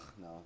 no